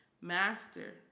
Master